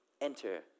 enter